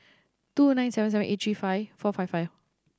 two nine seven seven eight three five four five five